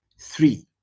Three